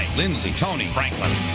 lindsay, tony, franklin.